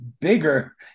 bigger